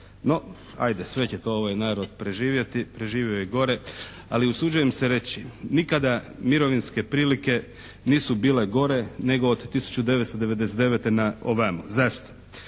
No, ajde sve će to ovaj narod preživjeti, preživio je i gore. Ali usuđujem se reći, nikada mirovinske prilike nisu bile gore nego od 1999. na ovamo. Zašto?